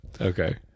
Okay